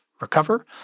recover